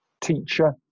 teacher